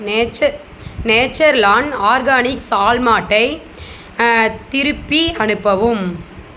nature Natureland organics ஆல்மண்ட்டை திருப்பி அனுப்பவும்